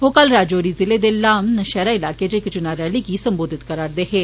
ओह् कल राजौरी जिले दे लाम नशैरा इलाके च इक चुनां रैली गी संबोधत करै करदे हे